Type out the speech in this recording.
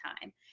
time